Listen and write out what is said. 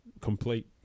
complete